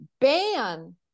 ban